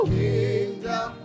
kingdom